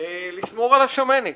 לשמור על השמנת.